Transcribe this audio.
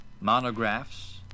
monographs